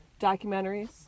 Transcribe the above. Documentaries